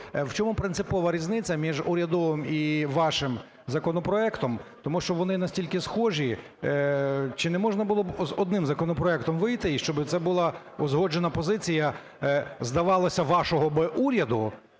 в чому принципова різниця між урядовим і вашим законопроектом, тому що вони настільки схожі? Чи не можна було одним законопроектом вийти і щоб це була узгоджена позиція, здавалося, вашого би уряду